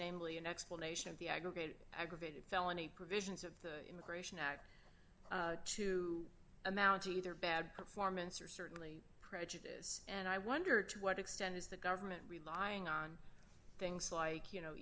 namely an explanation of the aggregate aggravated felony provisions of the immigration act to amount to either bad performance or certainly prejudice and i wonder to what extent is the government relying on things like you know